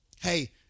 Hey